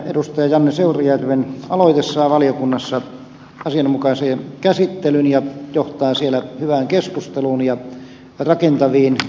janne seurujärven aloite saa valiokunnassa asianmukaisen käsittelyn ja johtaa siellä hyvään keskusteluun ja rakentaviin ratkaisuihin